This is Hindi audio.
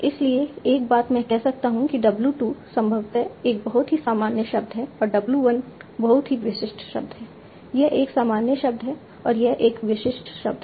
इसलिए एक बात मैं कह सकता हूं कि w 2 संभवतः एक बहुत ही सामान्य शब्द है और w 1 बहुत ही विशिष्ट शब्द है यह एक सामान्य शब्द है और यह एक विशिष्ट शब्द है